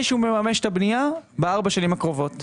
שהוא מממש את הבנייה בארבע השנים הקרובות.